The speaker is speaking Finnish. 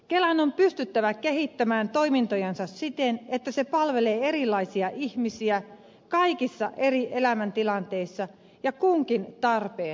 kelan on pystyttävä kehittämään toimintojansa siten että se palvelee erilaisia ihmisiä kaikissa eri elämäntilanteissa ja kunkin tarpeen mukaan